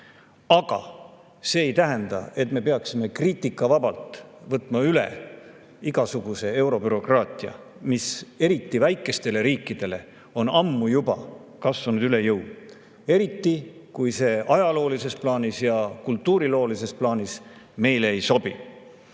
Aga see ei tähenda, et me peaksime kriitikavabalt võtma üle igasuguse eurobürokraatia, mis eriti väikestele riikidele on ammu juba kasvanud üle jõu. Eriti, kui see ajaloolises plaanis ja kultuuriloolises plaanis meile ei sobi.